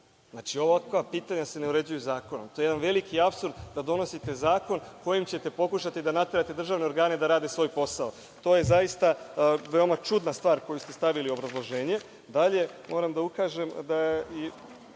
organa. Znači, ovakva pitanja se ne uređuju zakonom. To je jedan veliki apsurd da donosite zakon kojim ćete pokušati da naterate državne organe da rade svoj posao. To je zaista veoma čuda stvar koju ste stavili u obrazloženje. Dalje,